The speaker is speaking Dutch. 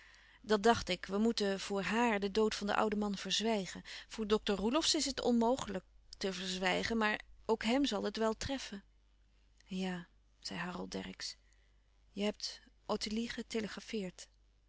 dat dacht ik we moeten voor hààr den dood van den ouden man verzwijgen voor dokter roelofsz is het onmogelijk te verzwijgen maar ook hem zal het wel treffen ja zei harold dercksz je hebt ottilie getelegrafeerd